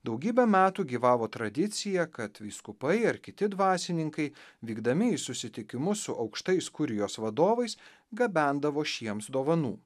daugybę metų gyvavo tradicija kad vyskupai ar kiti dvasininkai vykdami į susitikimus su aukštais kurijos vadovais gabendavo šiems dovanų